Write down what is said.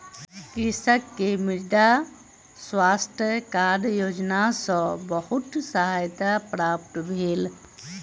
कृषक के मृदा स्वास्थ्य कार्ड योजना सॅ बहुत सहायता प्राप्त भेल